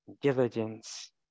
diligence